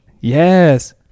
yes